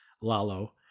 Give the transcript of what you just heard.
Lalo